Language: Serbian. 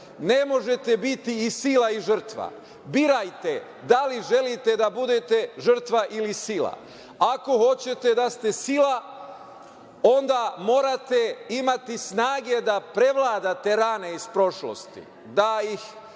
Ne možete biti i sila i žrtva. Birajte, da li želite da budete žrtva ili sila. Ako hoćete da ste sila, onda morate imati snage da prevladate rane iz prošlosti, da ih pobedite,